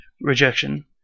rejection